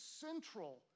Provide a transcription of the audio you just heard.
central